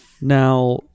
Now